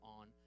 on